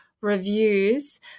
reviews